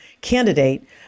candidate